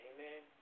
Amen